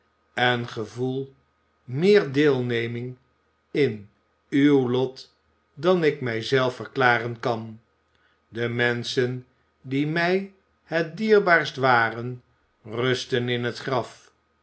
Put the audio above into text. en gevoel meer deelneming in uw lot dan ik mij zelf verklaren kan de menschen die mij het dierbaarst waren rusten in het graf